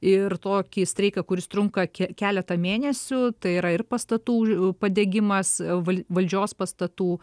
ir tokį streiką kuris trunka keletą mėnesių tai yra ir pastatų padegimas valdžios pastatų